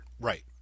right